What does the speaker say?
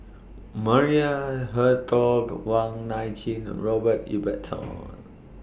Maria Hertogh Wong Nai Chin Robert Ibbetson